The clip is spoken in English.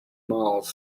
miles